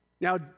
Now